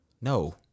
No